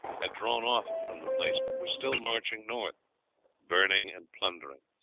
had drawn off from the place, but were still marching north burning and plundering.